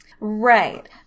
Right